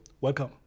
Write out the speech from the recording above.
Welcome